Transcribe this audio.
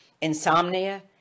insomnia